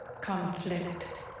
Conflict